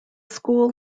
school